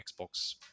Xbox